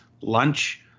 lunch